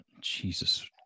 Jesus